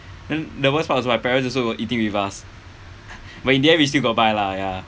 then the worst part also my parents also were eating with us but in the end we still got buy lah ya